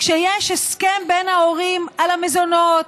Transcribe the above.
כשיש הסכם בין ההורים על המזונות,